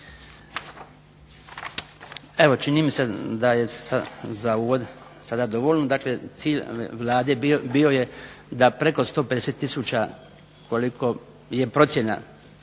Evo čini mi se da je za uvod sada dovoljno. Dakle, cilj Vlade bio je da preko 150 tisuća koliko je procjena